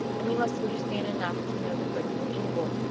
and we must understand enough to know the good from the evil.